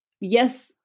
yes